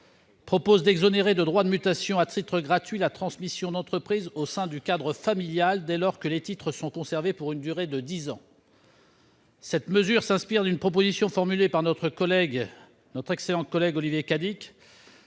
vise à exonérer de droits de mutation à titre gratuit la transmission d'entreprise au sein du cadre familial, dès lors que les titres sont conservés pour une durée de dix ans. Cette mesure s'inspire d'une proposition formulée par notre excellent collègue Olivier Cadic